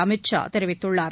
அமித் ஷா தெரிவித்துள்ளார்